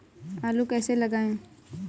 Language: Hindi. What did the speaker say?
आलू कैसे लगाएँ?